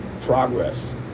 progress